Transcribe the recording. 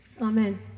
Amen